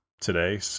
today